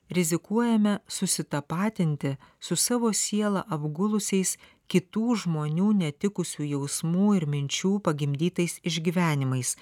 rizikuojame susitapatinti su savo sielą apgulusiais kitų žmonių netikusių jausmų ir minčių pagimdytais išgyvenimais